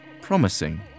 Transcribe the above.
promising